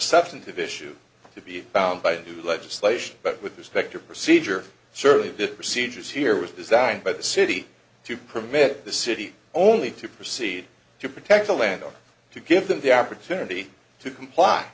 substantive issue to be bound by a new legislation but with respect to procedure surely procedures here was designed by the city to permit the city only to proceed to protect the land or to give them the opportunity to comply